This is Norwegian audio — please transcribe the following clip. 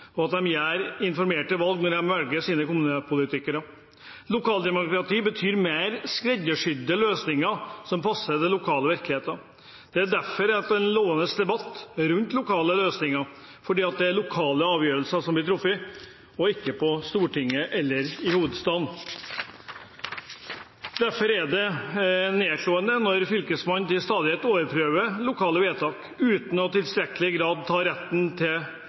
og at de gjør informerte valg når de velger sine kommunepolitikere. Lokaldemokrati betyr mer skreddersydde løsninger som passer den lokale virkeligheten. Det er derfor det loves debatt rundt lokale løsninger, fordi det er lokalt avgjørelser blir truffet – ikke på Stortinget eller i hovedstaden. Derfor er det nedslående når fylkesmannen til stadighet overprøver lokale vedtak, uten i tilstrekkelig grad å ta retten til